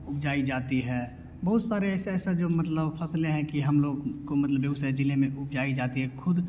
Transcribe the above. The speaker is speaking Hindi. उपजाई जाती है बहुत सारे ऐसा ऐसा जो मतलब फ़सलें हैं कि हम लोग को मतलब बेगूसराय ज़िले में उपजाई जाती है ख़ुद